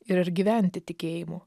ir ar gyventi tikėjimu